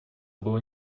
было